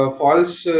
false